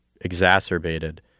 exacerbated